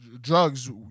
drugs